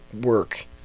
work